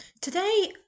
Today